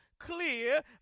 clear